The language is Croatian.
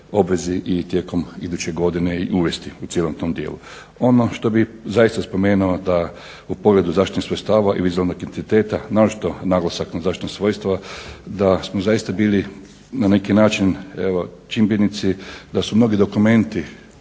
obvezi i tijekom iduće godine uvesti u cijelom tom dijelu. Ono što bih zaista spomenuo da u pogledu zaštitnih sredstava … /Govornik se ne razumije./… naročito naglasak na zaštitnim svojstvima da smo zaista bili na neki način evo čimbenici da su mnogi dokumenti,